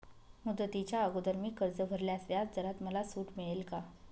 मुदतीच्या अगोदर मी कर्ज भरल्यास व्याजदरात मला सूट मिळेल का?